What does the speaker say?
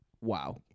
Wow